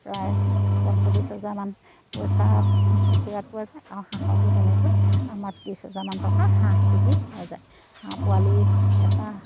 প্ৰায় পঞ্চল্লিছ হাজাৰমান পইচা কুকুৰাত পোৱা যায় আৰু হাঁহতো তেনেকৈ আমাৰ ত্ৰিছ হাজাৰমান টকা হাঁহ বিকি পোৱা যায় হাঁহ পোৱালি এটা